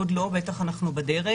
בטח אנחנו בדרך,